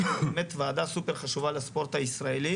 באמת ועדה סופר חשובה לספורט הישראלי